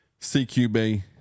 CQB –